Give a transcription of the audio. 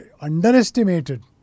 underestimated